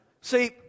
See